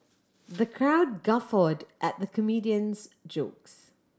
the crowd guffawed at the comedian's jokes